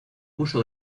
puso